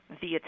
via